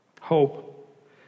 Hope